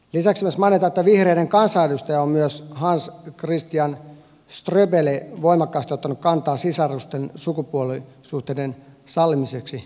lisäksi myös mainitaan että vihreiden kansanedustaja hans christian ströbele on voimakkaasti ottanut kantaa sisarusten sukupuolisuhteiden sallimiseksi tulevaisuudessa